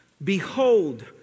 Behold